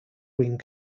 wing